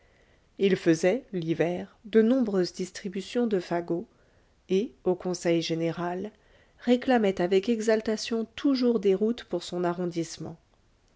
il faisait l'hiver de nombreuses distributions de fagots et au conseil général réclamait avec exaltation toujours des routes pour son arrondissement